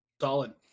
Solid